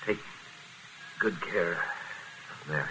take good care now